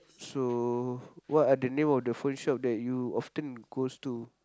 so what are the name of the phone shop that you often goes to